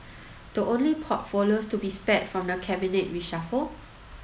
the only portfolios to be spared from the cabinet reshuffle